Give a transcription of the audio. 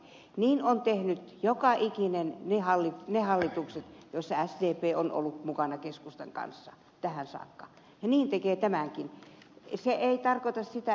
niin ovat tehneet tähän saakka ne hallitukset joissa sdp on ollut mukana keskustan kanssa ja niin tekee tämäkin